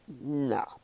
no